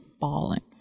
bawling